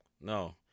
No